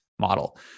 model